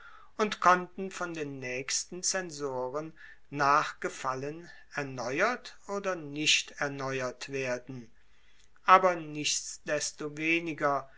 und konnten von den naechsten zensoren nach gefallen erneuert oder nicht erneuert werden aber